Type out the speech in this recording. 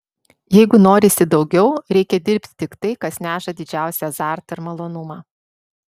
jeigu norisi daugiau reikia dirbti tik tai kas neša didžiausią azartą ir malonumą